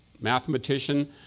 mathematician